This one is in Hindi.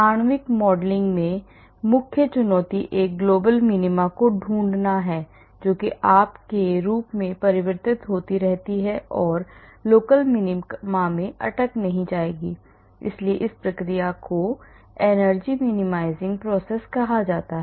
आणविक मॉडलिंग में मुख्य चुनौती एक global minima को ढूंढना है जो कि आप के रूप में परिवर्तित होती रहती है और local minima में अटक नहीं जाएगी इसलिए इस प्रक्रिया को energy minimization process कहा जाता है